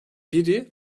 biri